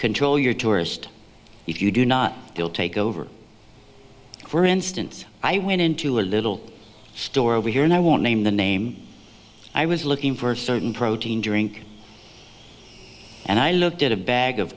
control your tourist if you do not deal take over for instance i went into a little store over here and i won't name the name i was looking for certain protein drink and i looked at a bag of